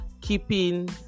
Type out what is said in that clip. keeping